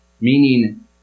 Meaning